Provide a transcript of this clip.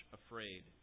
afraid